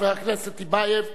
חבר הכנסת טיבייב,